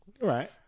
Right